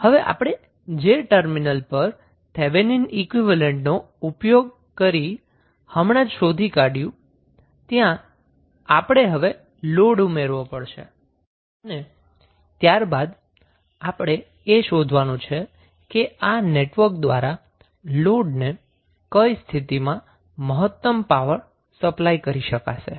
હવે આપણે જે ટર્મિનલ પર થેવેનિન ઈક્વીવેલેન્ટ નો ઉપયોગ કરી હમણાં જ શોધી કાઢ્યું છે ત્યાં આપણે હવે લોડ ઉમેરવો પડશે અને ત્યારબાદ આપણે એ શોધવાનું છે કે આ નેટવર્ક દ્વારા લોડને કઈ સ્થિતિમાં મહત્તમ પાવર સપ્લાય કરી શકાશે